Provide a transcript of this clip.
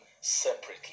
separately